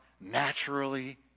naturally